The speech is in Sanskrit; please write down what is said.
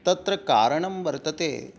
तत्र कारणं वर्तते